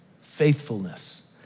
faithfulness